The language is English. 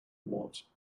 what